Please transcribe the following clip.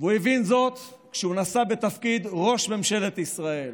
והוא הבין זאת כשהוא נשא בתפקיד ראש ממשלת ישראל,